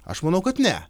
aš manau kad ne